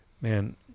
man